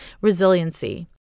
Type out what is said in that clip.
Resiliency